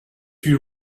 you